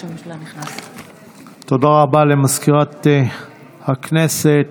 תודה רבה למזכירת הכנסת.